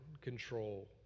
control